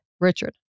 Richard